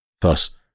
Thus